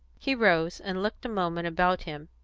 he rose, and looked a moment about him,